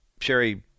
Sherry